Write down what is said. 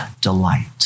delight